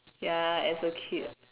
ya as a kid